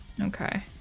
Okay